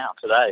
today